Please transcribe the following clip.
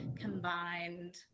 combined